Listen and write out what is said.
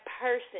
person